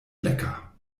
lecker